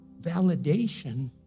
validation